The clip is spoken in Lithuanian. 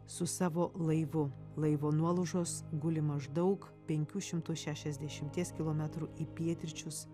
su savo laivu laivo nuolaužos guli maždaug penkių šimtų šešiasdešimties kilometrų į pietryčius